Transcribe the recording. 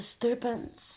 disturbance